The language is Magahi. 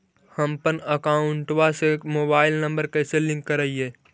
हमपन अकौउतवा से मोबाईल नंबर कैसे लिंक करैइय?